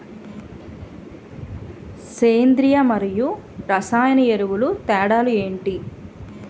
సేంద్రీయ మరియు రసాయన ఎరువుల తేడా లు ఏంటి?